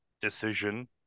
decision